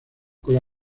cola